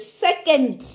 second